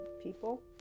people